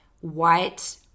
white